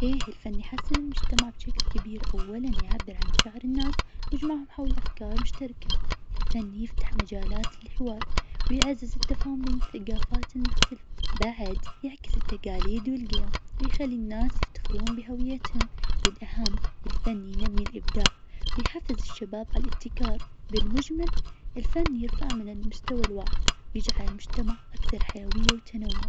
أيه الفن يحسن المجتمع بشكل كبير أولا يعبر عن مشاعر الناس ويجمعهم حول أفكار مشتركة. الفن يفتح مجالات للحوار ويعزز التفاهم بين الثقافات المختلفة. بعد يعكس التقاليد والقيم ويخلي الناس يفتخرون بهويتهم. والأهم الفن ينمي الإبداع ويحفز الشباب ع الإبتكار. بالمجمل الفن يرفع من المستوى الوعي ويجعل المجتمع أكثر حيوية وتنوع.